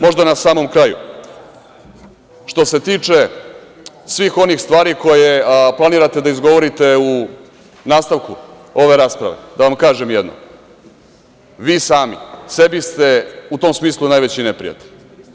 Možda na samom kraju, što se tiče svih onih stvari koje planirate da izgovorite u nastavku ove rasprave, da vam kažem jedno – vi sami sebi ste u tom smislu najveći neprijatelji.